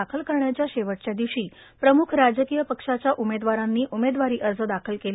दाखल करण्याच्या शेवटच्या दिवशी प्रम्ख राजकीय पक्षाच्या उमेदवारांनी उमेदवारी अर्ज दाखल केले